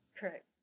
Correct